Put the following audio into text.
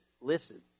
listen